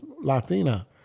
Latina